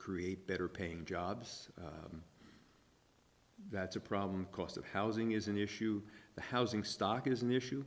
create better paying jobs that's a problem cost of housing is an issue the housing stock is an issue